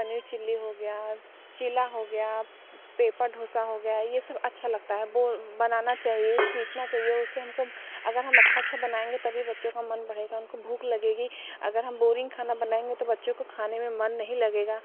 paneer chilli हो गया चिला हो गया पेपर डोसा हो गया ये सब अच्छा लगता है बोल बनाना चाहिए सीखना चाहिए उससे हम को अगर हम अच्छा अच्छा बनाएंगे तभी बच्चों का मन बनेगा उनको भूख लगेगी अगर हम बोरिंग खाना बनाएंगे तो बच्चों को खाने में मन नहीं लगेगा